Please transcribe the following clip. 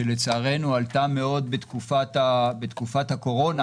שלצערנו עלתה מאוד בתקופת הקורונה